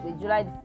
july